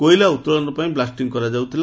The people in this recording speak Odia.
କୋଇଲା ଉଉୋଳନ ପାଇଁ ବ୍ଲାଷ୍ଟିଂ କରାଯାଉଥିଲା